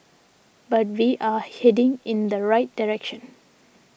but we are heading in the right direction